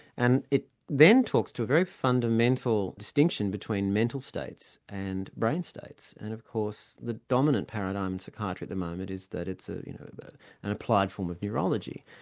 and it then talks to a very fundamental distinction between mental states and brain states, and of course the dominant paradigm in psychiatry at the moment is that it's ah you know an and applied form of neurology.